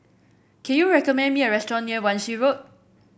can you recommend me a restaurant near Wan Shih Road